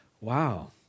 wow